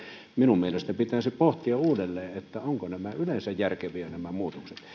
minun mielestäni pitäisi pohtia uudelleen ovatko nämä muutokset yleensä järkeviä